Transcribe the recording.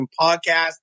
podcast